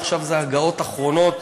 עכשיו ההגהות האחרונות.